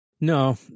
No